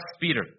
Peter